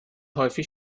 häufig